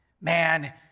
Man